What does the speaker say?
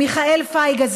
מיכאל פייגה,